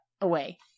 away